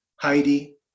Heidi